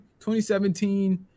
2017